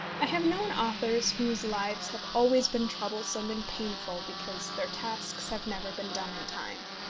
i have known authors whose lives have always been troublesome and painful because their tasks have never been done in time.